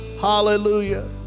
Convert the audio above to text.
hallelujah